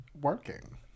Working